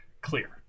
clear